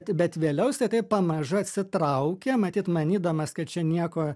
bet vėliau jisai taip pamažu atsitraukė matyt manydamas kad čia nieko